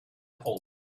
hole